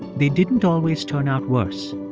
they didn't always turn out worse.